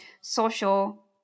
social